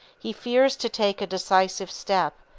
he fears to take a decisive step,